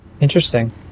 Interesting